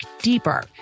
deeper